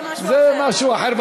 זה משהו אחר.